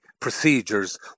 procedures